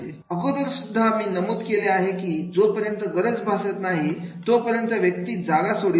अगोदर सुद्धा मी नमूद केलेले आहे की जोपर्यंत गरज भासत नाही व्यक्ती जागा सोडणार नाही